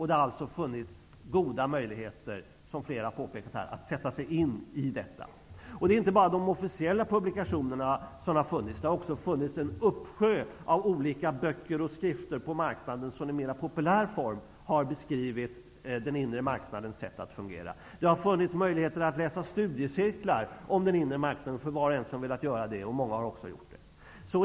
Det har alltså funnits goda möjligheter, som flera har påpekat, att sätta sig in i detta. Det är inte bara de officiella publikationerna som har funnits. Det har funnits en uppsjö av olika böcker och skrifter på marknaden, vilka i en mer populär form har beskrivit den inre marknadens sätt att fungera. Det har funnits möjigheter till att delta i studiecirklar om den inre marknaden, för var och en som så önskat -- många har också gjort det.